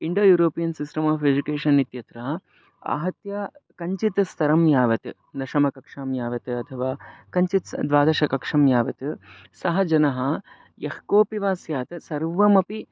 Indo European system of education इत्यत्र आहत्य कञ्चित् स्तरं यावत् दशमकक्षां यावत् अथवा कञ्चित् द्वादशकक्षां यावत् सः जनः यः कोपि वा स्यात् सर्वमपि